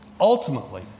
Ultimately